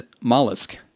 mollusk